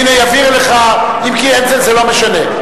הנה, יבהיר לך, אם כי זה לא משנה.